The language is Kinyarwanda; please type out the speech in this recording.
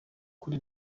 kuri